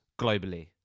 globally